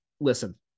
listen